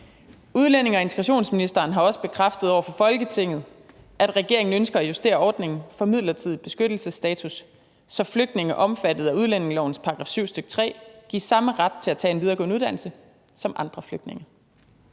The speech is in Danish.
Udlændinge- og integrationsministeren har også bekræftet over for Folketinget, at regeringen ønsker at justere ordningen for midlertidig beskyttelsesstatus, så flygtninge omfattet af udlændingelovens § 7, stk. 3, gives samme ret til at tage en videregående uddannelse som andre flygtninge.